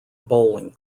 bowling